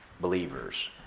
believers